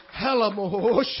Hallelujah